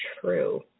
true